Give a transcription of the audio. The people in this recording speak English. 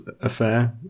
affair